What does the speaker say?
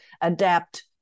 adapt